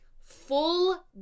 full